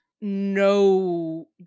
no